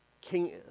king